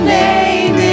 name